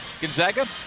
Gonzaga